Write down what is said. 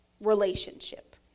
relationship